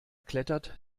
klettert